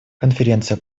конференция